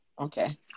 Okay